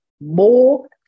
more